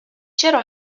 چرا